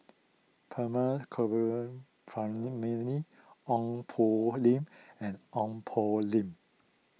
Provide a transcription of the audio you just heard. Ong Poh Lim and Ong Poh Lim